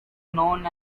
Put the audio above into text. known